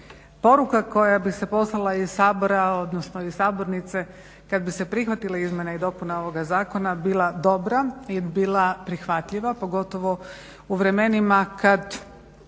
poruka koja bi se poslala iz Sabora, odnosno iz sabornice kad bi se prihvatile izmjene i dopune ovoga zakona bila dobra i bila prihvatljiva, pogotovo u vremenima kad